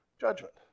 judgment